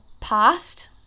past